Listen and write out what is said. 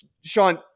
Sean